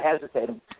hesitating